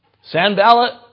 Sanballat